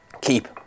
Keep